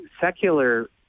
secular